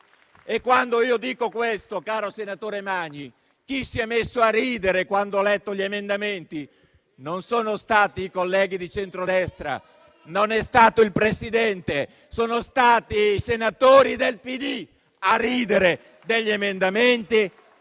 Quando dico questo, senatore Magni, chi si è messo a ridere quando ha letto gli emendamenti non sono stati i colleghi di centrodestra, né il Presidente. Sono stati i senatori del PD a ridere degli emendamenti